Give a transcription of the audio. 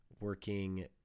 working